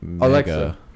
alexa